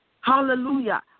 Hallelujah